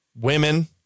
women